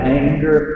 anger